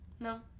No